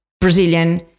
Brazilian